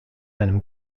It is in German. einem